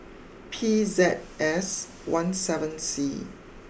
P Z S one seven C